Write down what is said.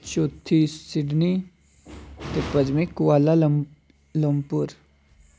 चौथी सिडनी ते पंजमीं कुआलालंपुर